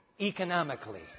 economically